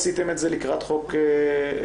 עשיתם את זה לקראת חוק האפוטרופסות,